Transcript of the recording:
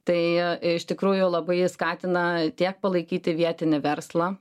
tai iš tikrųjų labai skatina tiek palaikyti vietinį verslą